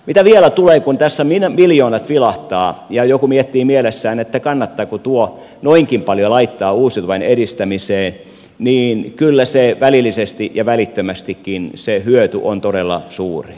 mitä vielä tulee siihen kun tässä miljoonat vilahtavat ja joku miettii mielessään kannattaako noinkin paljon laittaa uusiutuvan edistämiseen niin kyllä se hyöty välillisesti ja välittömästikin on todella suuri